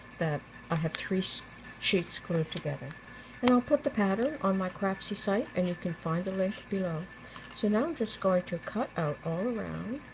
that i have three so sheets glued together and i'll put the pattern on my craftsy site and you can find a link below so now i'm just going to cut out all around